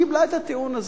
קיבלה את הטיעון הזה,